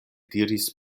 diris